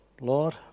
lord